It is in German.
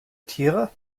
tiere